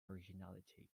originality